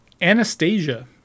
Anastasia